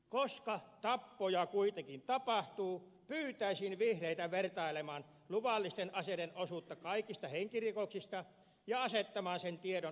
koska tappoja kuitenkin tapahtuu pyytäisin vihreitä selvittämään luvallisten aseiden osuuden kaikista henkirikoksista ja asettamaan sen tiedon oikeaan mittakaavaan